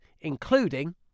including